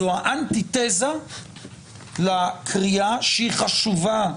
זו האנטי תזה לקריאה שהיא חשובה.